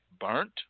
burnt